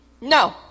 No